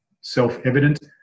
self-evident